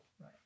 right